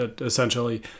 essentially